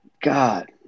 God